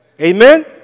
Amen